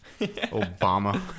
Obama